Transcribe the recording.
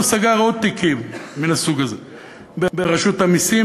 הוא סגר עוד תיקים מן הסוג הזה ברשות המסים,